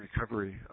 recovery